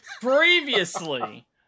previously